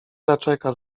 zaczeka